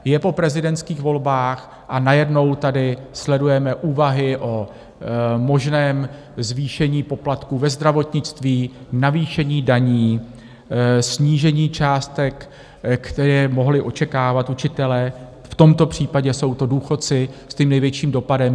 Je po prezidentských volbách, a najednou tady sledujeme úvahy o možném zvýšení poplatků ve zdravotnictví, navýšení daní, snížení částek, které mohli očekávat učitelé, v tomto případě jsou to důchodci s tím největším dopadem.